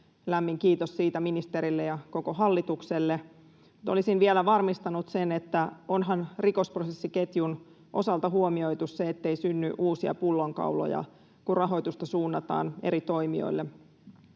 lämmin kiitos siitä ministerille ja koko hallitukselle. Mutta olisin vielä varmistanut sen, että onhan rikosprosessiketjun osalta huomioitu se, ettei synny uusia pullonkauloja, kun rahoitusta suunnataan eri toimijoille.